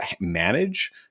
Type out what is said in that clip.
manage